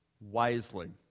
wisely